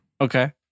Okay